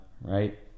right